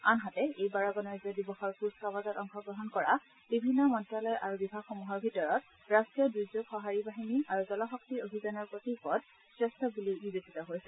আনহাতে এইবাৰৰ গণৰাজ্য দিৱসৰ কুছ কাৱাজত অংশগ্ৰহণ কৰা বিভিন্ন মন্তালয় আৰু বিভাগসমূহৰ ভিতৰত ৰাষ্ট্ৰীয় দুৰ্যোগ সঁহাৰি বাহিনী আৰু জলশক্তি অভিযানৰ প্ৰতীকপট শ্ৰেষ্ঠ বুলি বিবেচিত হৈছে